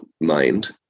mind